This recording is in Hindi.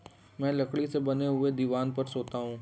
मैं लकड़ी से बने हुए दीवान पर सोता हूं